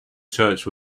church